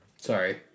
Sorry